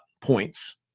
points